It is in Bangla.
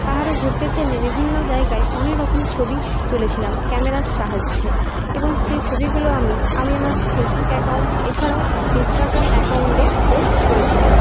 পাহাড়ে ঘুরতে ছেনে বিভিন্ন জায়গায় অনেক রকম ছবি তুলেছিলাম ক্যামেরার সাহায্যে এবং সেই ছবিগুলো আমি আমি আমার ফেসবুক অ্যাকাউন্ট এছাড়াও ইন্সটাগ্রাম আকাউন্টে পোস্ট করেছিলাম